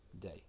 day